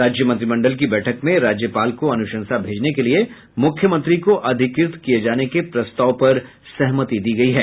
राज्यमंत्रिमंडल की बैठक में राज्यपाल को अनुसंशा भेजने के लिए मुख्यमंत्री को अधिकृत किये जाने के प्रस्ताव पर सहमति दी गयी है